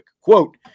Quote